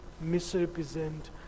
misrepresent